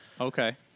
Okay